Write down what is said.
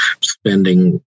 spending